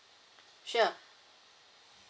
sure